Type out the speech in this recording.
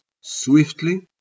Swiftly